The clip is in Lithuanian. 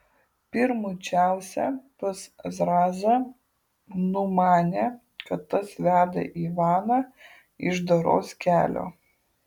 pirmučiausia pas zrazą numanė kad tas veda ivaną iš doros kelio